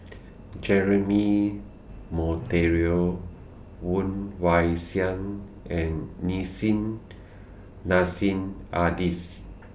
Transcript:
Jeremy Monteiro Woon Wah Siang and Nissim Nassim Adis